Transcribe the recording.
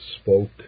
spoke